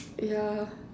yeah